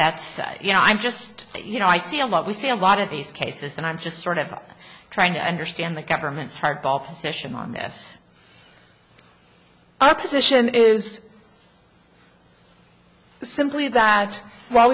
that you know i'm just you know i see a lot we see a lot of these cases and i'm just sort of trying to understand the government's hardball position on this our position is simply that while